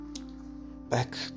back